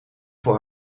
voor